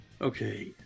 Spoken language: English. okay